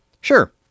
sure